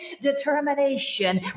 determination